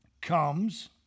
comes